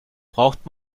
braucht